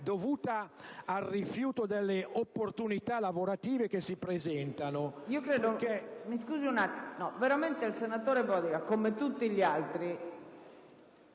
dovuta al rifiuto delle opportunità lavorative che si presentano,